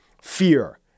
fear